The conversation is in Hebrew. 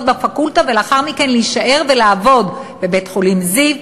בפקולטה ולאחר מכן להישאר ולעבוד בבית-חולים זיו,